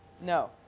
No